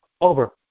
over